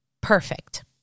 Perfect